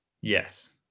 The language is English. Yes